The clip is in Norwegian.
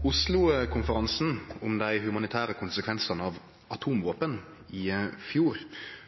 «Oslo-konferansen om dei humanitære konsekvensane av atomvåpen i 2013 og oppfølgingskonferansen som nyleg fann stad i